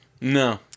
No